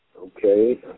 Okay